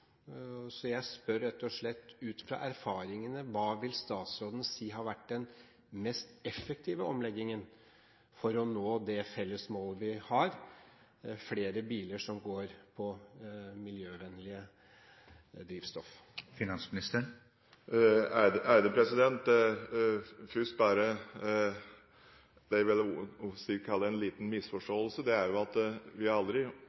så jeg spør rett og slett: Ut fra erfaringene, hva vil statsråden si har vært den mest effektive omleggingen for å nå det felles mål vi har om flere biler som går på miljøvennlige drivstoff? Først til det jeg vil kalle en liten misforståelse: Vi har aldri